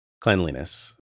Cleanliness